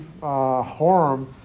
harm